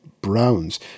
Browns